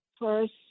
first